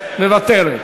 מוותרת,